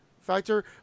factor